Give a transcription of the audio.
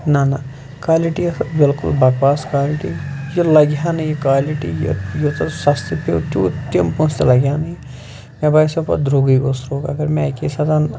نہ نہ کالِٹی ٲس اَتھ بلکل بکواس کالٹی یہِ لَگہِ ہا نہٕ یہِ کالِٹی یوٗتاہ سَستہٕ پیٚو تیوٗت تِم پٲنٛسہٕ تہِ لگہِ ہا نہٕ یہِ مےٚ باسیٛاو پَتہٕ درٛوٚگُے گوٚو سرٛوٚگۍ اگر مےٚ اَکے ساتہٕ اَنہٕ